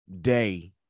day